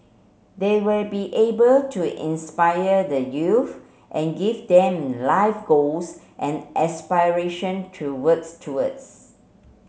they will be able to inspire the youth and give them life goals and aspiration to works towards